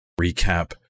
recap